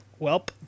Welp